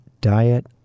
Diet